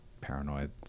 paranoid